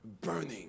Burning